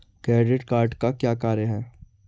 Credit card का क्या कार्य है?